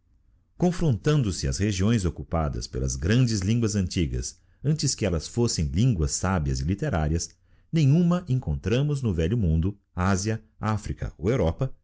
lingua confrontando se as regiões occupadas pelas grandes linguas antigas antes que ellas fossem línguas sabias e literárias nenhuma encontramos no velho mundo ásia africa ou europa